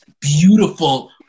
beautiful